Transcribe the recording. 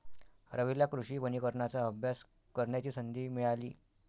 रवीला कृषी वनीकरणाचा अभ्यास करण्याची संधी मिळाली